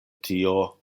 tio